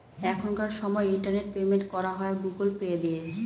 এখনকার সময় internet payment করা হয় গুগুল পে দিয়ে